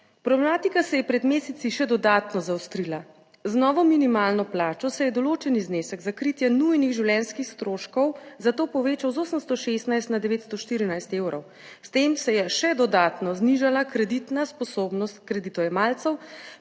Problematika se je pred meseci še dodatno zaostrila. Z novo minimalno plačo se je določeni znesek za kritje nujnih življenjskih stroškov za to povečal z 816 na 914 evrov, s tem se je še dodatno znižala kreditna sposobnost kreditojemalcev,